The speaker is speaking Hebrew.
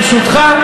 ברשותך,